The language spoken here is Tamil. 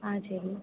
ஆ சரி